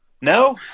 No